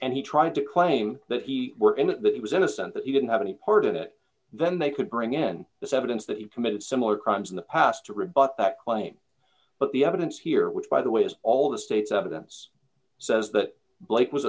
and he tried to claim that he were in that it was innocent that he didn't have any part in it then they could bring in this evidence that he committed similar crimes in the past to rebut that claim but the evidence here which by the way is all the state's evidence says that blake was